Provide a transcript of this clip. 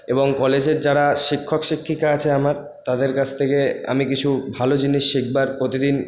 এবং কলেজের যারা শিক্ষক শিক্ষিকা আছে আমার তাদের কাছ থেকে আমি কিছু ভালো জিনিস শিখবার প্রতিদিন